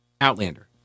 Outlander